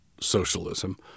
socialism